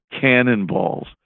cannonballs